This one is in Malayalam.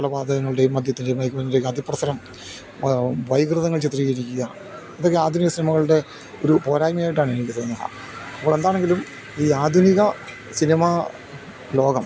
കൊലപാതകങ്ങളുടെയും മദ്യത്തിൻ്റെയും മയക്കുമരുന്നിൻ്റെയും അതിപ്രസരം വൈകൃതങ്ങൾ ചിത്രീകരിക്കുക ഇതൊക്കെ ആധുനിക സിനിമകളുടെ ഒരു പോരായ്മയായിട്ടാണ് എനിക്ക് തോന്നുന്നത് അപ്പോൾ എന്താണെങ്കിലും ഈ ആധുനിക സിനിമാ ലോകം